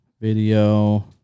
video